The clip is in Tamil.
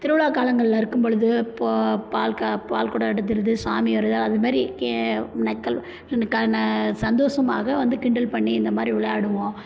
திருவிழா காலங்களில் இருக்கும்பொழுது போ பால் கா பால்குடம் எடுத்துகிறது சாமி வருதா அது மாதிரி கே நக்கல் க ந சந்தோசமாக வந்து கிண்டல் பண்ணி இந்த மாதிரி விளாடுவோம்